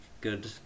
good